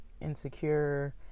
insecure